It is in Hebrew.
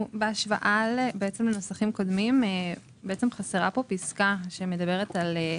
בהשוואה לנוסחים קודמים, חסרה פה פסקה שמדברת על: